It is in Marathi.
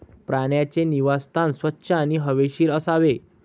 प्राण्यांचे निवासस्थान स्वच्छ आणि हवेशीर असावे